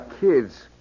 kids